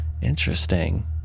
Interesting